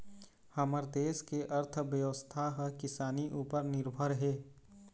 हमर देस के अर्थबेवस्था ह किसानी उपर निरभर हे